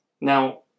Now